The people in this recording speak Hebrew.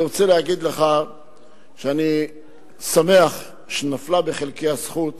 אני רוצה להגיד לך שאני שמח שנפלה בחלקי הזכות